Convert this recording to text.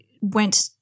went